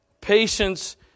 Patience